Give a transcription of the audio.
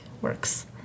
works